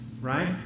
right